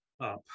up